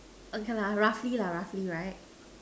okay lah roughly lah roughly right